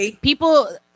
people